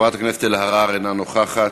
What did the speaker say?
חברת הכנסת אלהרר, אינה נוכחת,